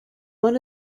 one